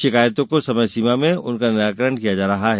शिकायतों को समय सीमा में उनका निराकरण किया जा रहा है